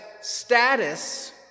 status